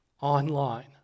online